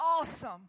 awesome